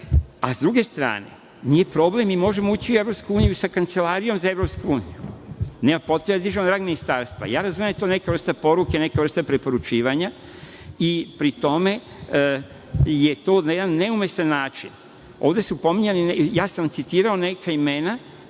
druge strane, nije problem, mi možemo ući u EU sa kancelarijom za EU. Nema potrebe da dižemo na rang ministarstva. Ja razumem da je to neka vrsta poruke, neka vrsta preporučivanja i pri tome je to na jedan neumesan način. Ovde su pominjana, ja sam citirao neka imena.